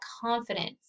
confidence